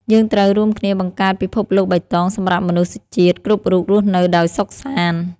យើងត្រូវរួមគ្នាបង្កើតពិភពលោកបៃតងសម្រាប់មនុស្សជាតិគ្រប់រូបរស់នៅដោយសុខសាន្ត។យើងត្រូវរួមគ្នាបង្កើតពិភពលោកបៃតងសម្រាប់មនុស្សជាតិគ្រប់រូបរស់នៅដោយសុខសាន្ត។